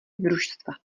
družstva